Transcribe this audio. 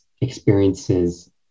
experiences